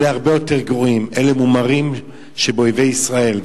אלה הרבה יותר גרועים, אלה מומרים שבאויבי ישראל.